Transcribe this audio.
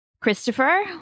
Christopher